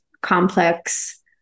complex